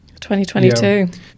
2022